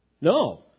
No